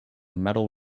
metal